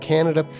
Canada